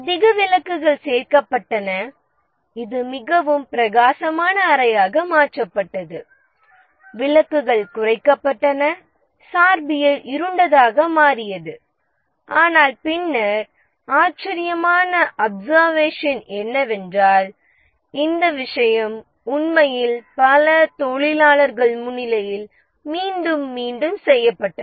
அதிக விளக்குகள் சேர்க்கப்பட்டன இது மிகவும் பிரகாசமான அறையாக மாற்றப்பட்டது விளக்குகள் குறைக்கப்பட்டன சார்பியல் இருண்டதாக மாறியது ஆனால் பின்னர் ஆச்சரியமான அப்செர்வஷன் என்னவென்றால் இந்த விஷயம் உண்மையில் பல தொழிலாளர்கள் முன்னிலையில் மீண்டும் மீண்டும் செய்யப்பட்டது